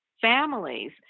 families